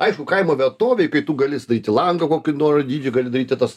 aišku kaimo vietovėj kai tu gali atsidaryti langą kokiu nori dydžiu gali daryti tas